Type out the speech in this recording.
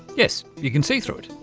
yes, you can see through it.